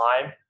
time